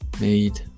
made